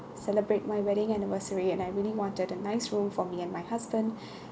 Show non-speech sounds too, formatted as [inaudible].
celebrate my wedding anniversary and I really wanted a nice room for me and my husband [breath]